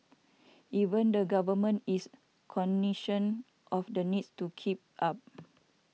even the government is cognisant of the needs to keep up